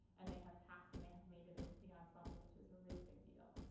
and they have passed, and they have made it into the ensemble, which is a really big deal.